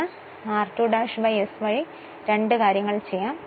ഈ r2 ' s വഴി രണ്ടു കാര്യങ്ങൾ ചെയ്യാൻ കഴിയും